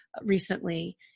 recently